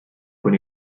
con